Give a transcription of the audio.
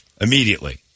immediately